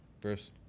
Bruce